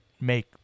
make